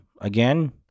again